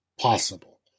possible